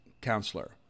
counselor